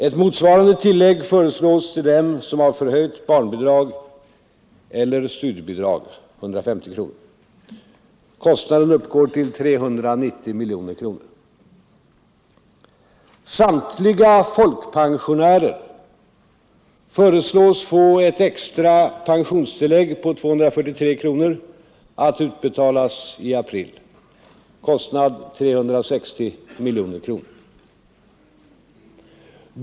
Ett motsvarande tillägg på 150 kronor föreslås till dem som har förhöjt barnbidrag eller studiebidrag. Kostnaderna uppgår till 390 miljoner kronor.